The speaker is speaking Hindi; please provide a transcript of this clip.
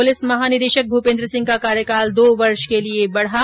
पुलिस महानिदेशक भूपेन्द्र सिंह का कार्यकाल दो वर्ष के लिए बढ़ा